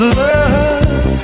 love